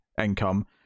income